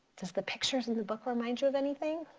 does the pictures in the book remind you of anything?